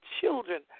children